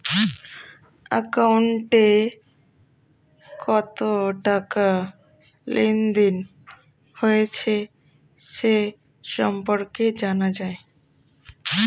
অ্যাকাউন্টে কত টাকা লেনদেন হয়েছে সে সম্পর্কে জানা যায়